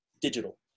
digital